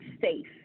safe